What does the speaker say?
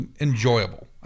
enjoyable